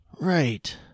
Right